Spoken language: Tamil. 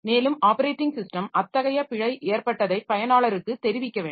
மேலும் ஆப்பரேட்டிங் ஸிஸ்டம் அத்தகைய பிழை ஏற்பட்டதை பயனாளருக்கு தெரிவிக்க வேண்டும்